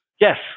yes